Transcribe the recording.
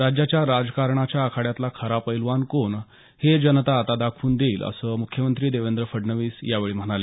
राज्याच्या राजकारणाच्या आखाड्यातला खरा पैलवान कोण हे जनता आता दाखवून देईल असं मुख्यमंत्री देवेंद्र फडणवीस यावेळी म्हणाले